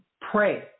pray